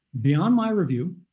beyond my review,